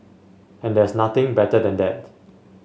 and there's nothing better than that